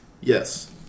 Yes